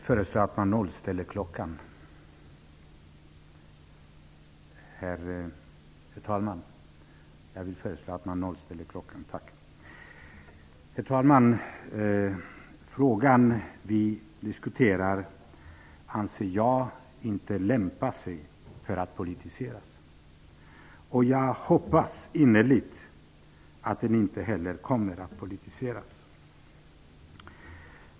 Herr talman! Den fråga som vi diskuterar anser jag inte lämpar sig för att politiseras. Jag hoppas innerligt att den inte heller kommer att politiseras.